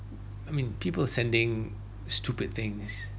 I mean people sending stupid things